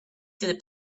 through